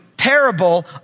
parable